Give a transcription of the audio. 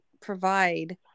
provide